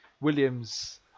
Williams